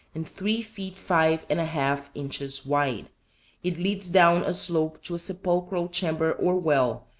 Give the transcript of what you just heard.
and three feet five and a half inches wide it leads down a slope to a sepulchral chamber or well,